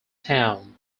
town